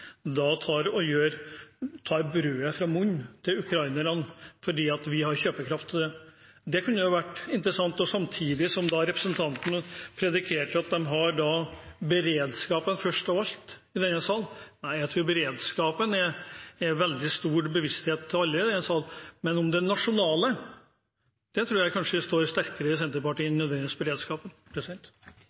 tar brødet fra munnen til ukrainerne fordi vi har kjøpekraft? Det kunne ha vært interessant å høre, samtidig som representanten prediket at de har beredskapen først av alle i denne sal. Nei, jeg tror beredskapen er veldig stor i bevisstheten til alle i denne sal. Men det nasjonale tror jeg kanskje står sterkere i Senterpartiet enn nødvendigvis beredskapen.